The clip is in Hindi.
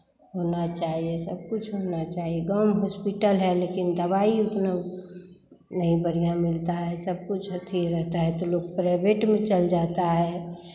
होना चाहिए सब कुछ होना चाहिए गाँव में हॉस्पिटल है लेकिन दवाई उतना नहीं बढ़ियाँ मिलता है सब कुछ अथी रहता है तो लोग प्राइवेट में चल जाता है